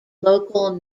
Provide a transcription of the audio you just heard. local